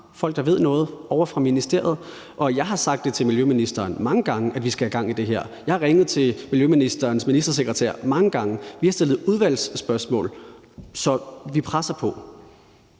der ved noget. Jeg har sagt til miljøministeren mange gange, at vi skal have gang i det her. Jeg har ringet til miljøministerens ministersekretær mange gange, og vi har stillet udvalgsspørgsmål, så vi presser på.